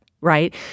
right